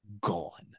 gone